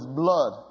blood